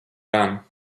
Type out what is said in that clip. gan